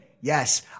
Yes